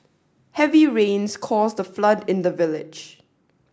heavy rains caused a flood in the village